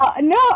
no